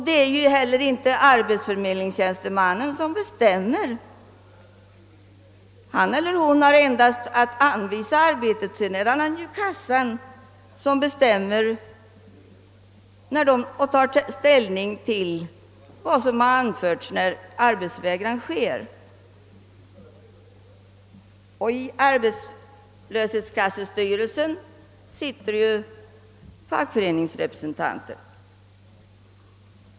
Det är inte heller arbetsförmedlingstjänstemannen som bestämmer i ett sådant fall. Vederbörande tjänsteman har endast att anvisa arbetet, och det är sedan arbetslöshetskassan som har att ta ställning till de omständigheter vilka har åberopats för en arbetsvägran, och i styrelsen för arbetslöshetskassan sitter ju fackföreningsrepresentanter.